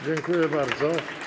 Dziękuję bardzo.